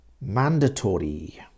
mandatory